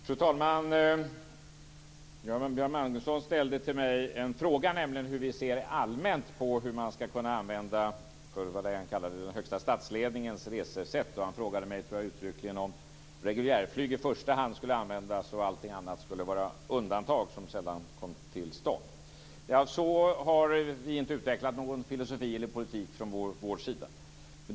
Fru talman! Göran Magnusson ställde en fråga till mig, nämligen hur vi allmänt ser på den högsta statsledningens resesätt. Han frågade mig uttryckligen om reguljärflyg i första hand skulle användas och allting annat skulle vara undantag som sällan kom till stånd. Så har vi inte utvecklat någon politik eller filosofi från vår sida.